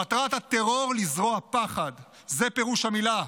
מטרת הטרור היא לזרוע פחד, זה פירוש המילה.